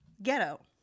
ghetto